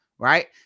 Right